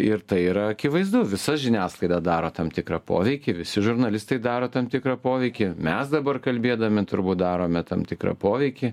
ir tai yra akivaizdu visa žiniasklaida daro tam tikrą poveikį visi žurnalistai daro tam tikrą poveikį mes dabar kalbėdami turbūt darome tam tikrą poveikį